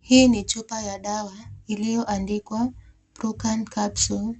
Hii ni chupa ya dawa iliyoandikwa [brustan capsules]